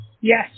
Yes